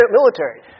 military